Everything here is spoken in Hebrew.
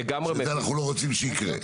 אנחנו לא רוצים שזה יקרה.